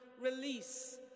release